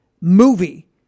movie